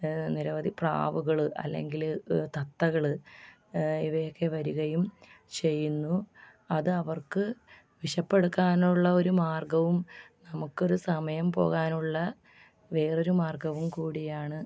നിരവധി പ്രാവുകൾ അല്ലെങ്കിൽ തത്തകൾ ഇവയൊക്കെ വരികയും ചെയ്യുന്നു അതവർക്ക് വിശപ്പടക്കാനുള്ള ഒരു മാർഗ്ഗവും നമുക്കൊരു സമയം പോകാനുള്ള വേറൊരു മാർഗ്ഗവും കൂടിയാണ്